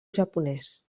japonès